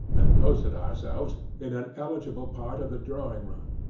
and posted ourselves in an eligible part of the drawing-room,